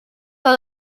que